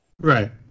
Right